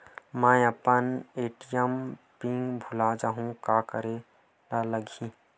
मैं अपन ATM PIN भुला जहु का करे ला लगही?